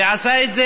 ועשה את זה,